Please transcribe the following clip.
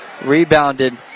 Rebounded